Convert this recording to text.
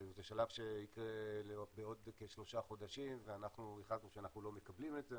זה שלב שיקרה בעוד כשלושה חודשים ואנחנו החלטנו שאנחנו לא מקבלים את זה,